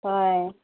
ꯍꯣꯏ